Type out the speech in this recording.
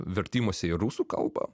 vertimuose į rusų kalbą